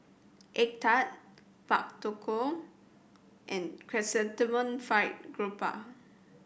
egg tart Pak Thong Ko and Chrysanthemum Fried Garoupa